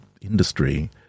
industry